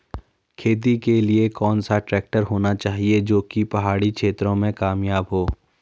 खेती के लिए कौन सा ट्रैक्टर होना चाहिए जो की पहाड़ी क्षेत्रों में कामयाब हो?